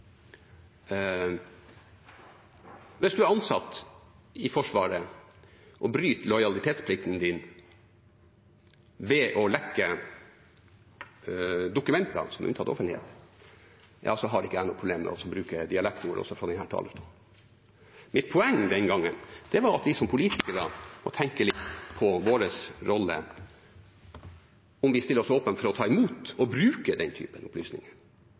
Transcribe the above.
Hvis man er ansatt i Forsvaret og bryter lojalitetsplikten sin ved å lekke dokumenter som er unntatt offentlighet, har ikke jeg noe problem med å bruke dialektord også fra denne talerstolen. Mitt poeng den gangen var at vi som politikere må tenke litt på vår rolle, om vi stiller oss åpne for å ta imot og bruke den type opplysninger.